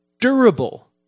durable